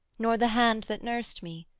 nor the hand that nursed me,